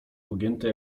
pogięty